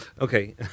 Okay